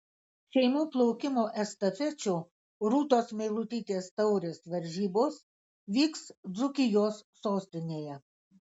šeimų plaukimo estafečių rūtos meilutytės taurės varžybos vyks dzūkijos sostinėje